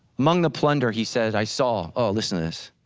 among the plunder he said i saw, oh listen to this.